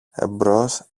εμπρός